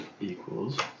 equals